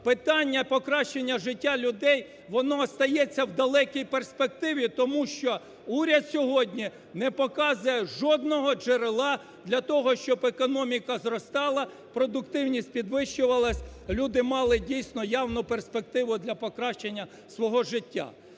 питання покращення життя людей воно залишається в далекій перспективі, тому що уряд сьогодні не показує жодного джерела для того, щоб економіка зростала, продуктивність підвищувалась, люди мали, дійсно, явну перспективу для покращання свого життя.